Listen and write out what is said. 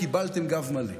קיבלתם גב מלא.